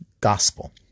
Gospel